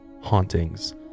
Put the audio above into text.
hauntings